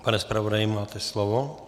Pane zpravodaji, máte slovo.